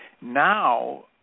Now